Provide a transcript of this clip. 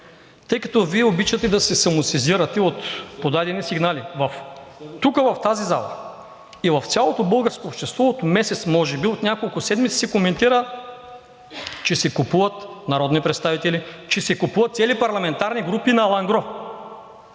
Тъй като Вие обичате да се самосезирате от подадени сигнали, тук в тази зала и в цялото българско общество от месец може би, от няколко седмици се коментира, че се купуват народни представители, че се купуват цели парламентарни групи на „алангро“.